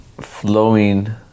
flowing